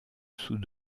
sous